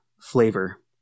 flavor